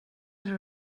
her